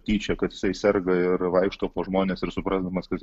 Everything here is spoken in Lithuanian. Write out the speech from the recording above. tyčia kad jisai serga ir vaikšto po žmones ir suprasdamas kad